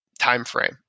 timeframe